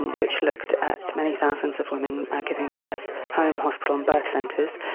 which looked at many thousands of women giving birth, home, hospital and birth centres,